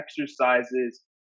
exercises